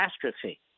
catastrophe